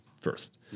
first